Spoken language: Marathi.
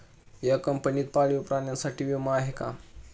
या कंपनीत पाळीव प्राण्यांसाठी विमा आहे का?